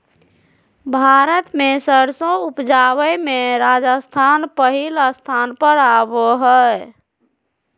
भारत मे सरसों उपजावे मे राजस्थान पहिल स्थान पर आवो हय